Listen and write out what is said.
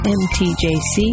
mtjc